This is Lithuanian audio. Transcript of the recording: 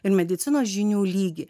ir medicinos žinių lygį